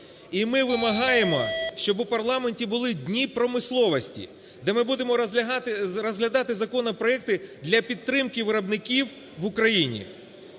І ми вимагаємо, щоб у парламенті були дні промисловості, де ми будемо розглядати законопроекти для підтримки виробників в Україні.